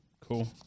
cool